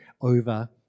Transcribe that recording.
over